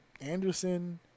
Anderson